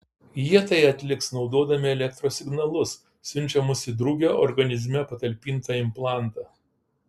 jie tai atliks naudodami elektros signalus siunčiamus į drugio organizme patalpintą implantą